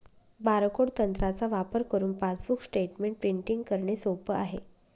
barcode तंत्राचा वापर करुन पासबुक स्टेटमेंट प्रिंटिंग करणे सोप आहे